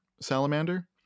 salamander